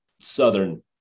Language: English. southern